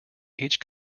each